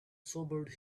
sobered